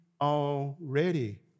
already